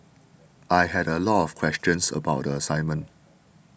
I had a lot of questions about the assignment